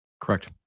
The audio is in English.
Correct